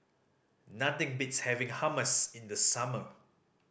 nothing beats having Hummus in the summer